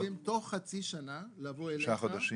אנחנו רוצים בתוך חצי שנה לבוא אליך, שישה חודשים.